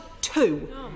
two